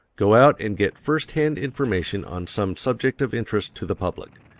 go out and get first-hand information on some subject of interest to the public.